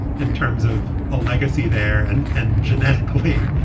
in terms of a legacy there and and genetically,